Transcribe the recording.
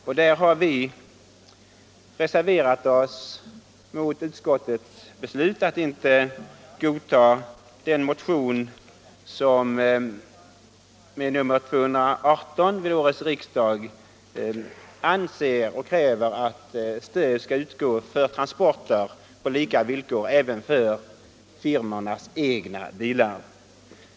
Vi har reserverat oss mot utskottets beslut att inte biträda den motion, nr 218, som kräver att stöd skall utgå till transporter på lika villkor även för firmornas egna bilar.